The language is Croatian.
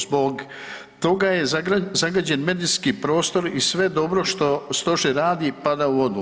Zbog toga je zagađen medijski prostor i sve dobro što stožer radi pada u vodu.